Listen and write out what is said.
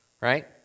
right